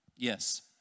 Yes